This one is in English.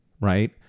right